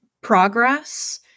progress